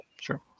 sure